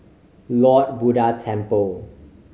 Lord Buddha Temple